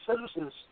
citizen's